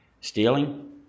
Stealing